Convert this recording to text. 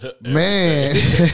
man